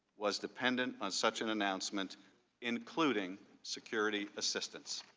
was dependent on such an announcement including security assistance.